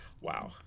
Wow